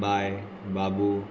बाय बाबू